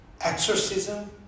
exorcism